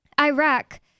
Iraq